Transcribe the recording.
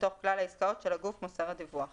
מתוך כלל העסקאות של הגוף מוסר הדיווח.